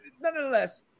nonetheless